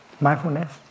mindfulness